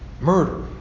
murder